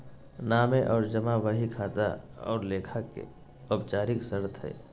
नामे और जमा बही खाता और लेखा के औपचारिक शर्त हइ